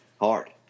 hard